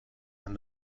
and